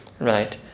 right